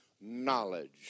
knowledge